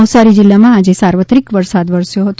નવસારી જિલ્લામાં આજે સાર્વત્રિક વરસાદ વરસ્યો હતો